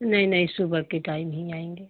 नहीं नहीं सुबह के टाइम ही आएँगे